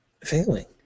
failing